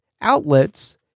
outlets